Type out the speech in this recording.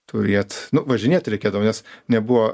turėt nu važinėt reikėdavo nes nebuvo